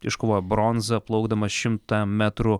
iškovojo bronzą plaukdamas šimtą metrų